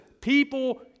people